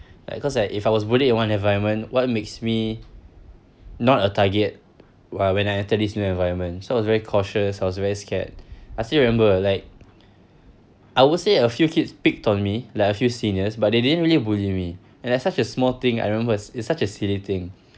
like cause l if I was bullied in one environment what makes me not a target whe~ when I enter this new environment so I was very cautious I was very scared I still remember like I would say a few kids picked on me like a few seniors but they didn't really bully me and it's such a small thing I remember it's it's such a silly thing